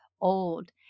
old